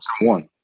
One